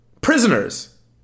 prisoners